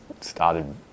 started